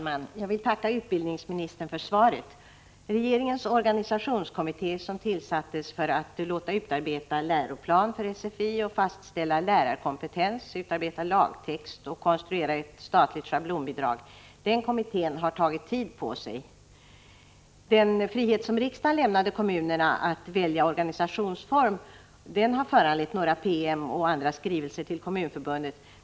Herr talman! Jag tackar utbildningsministern för svaret. Regeringens organisationskommitté som tillsattes för att utarbeta en läroplan för SFI, fastställa lärarkompetens, utarbeta lagtext och konstruera ett statligt schablonbidrag har tagit tid på sig. Den frihet som riksdagen lämnade kommunerna att välja organisationsform har föranlett några promemorior och andra skrivelser till Kommunförbundet.